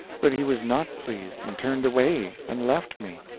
but he was not pleased, and turned away and left me.